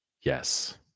Yes